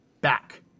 back